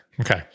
Okay